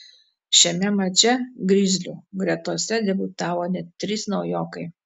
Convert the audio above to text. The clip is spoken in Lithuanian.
šiame mače grizlių gretose debiutavo net trys naujokai